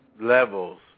levels